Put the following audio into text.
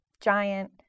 giant